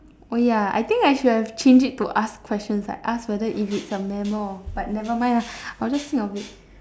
oh ya I think I should have changed it to ask questions like ask whether if it's a mammal or but never mind lah I'll just think of it